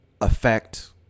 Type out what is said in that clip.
affect